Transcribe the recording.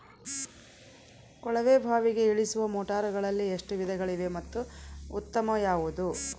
ಕೊಳವೆ ಬಾವಿಗೆ ಇಳಿಸುವ ಮೋಟಾರುಗಳಲ್ಲಿ ಎಷ್ಟು ವಿಧಗಳಿವೆ ಮತ್ತು ಉತ್ತಮ ಯಾವುದು?